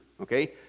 Okay